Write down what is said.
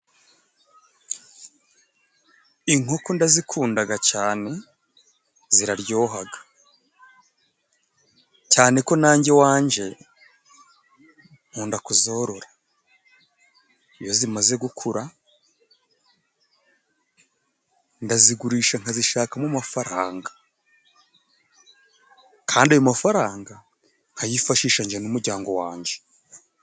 Inkoko ndazikunda cyane ziraryoha cyaneko nanjye iwanjye nkunda kuzorora. Iyo zimaze gukura ndazigurisha nkazishakamo amafaranga, Kandi ayo mafaranga nkayifashisha njye n'umuryango wanjye.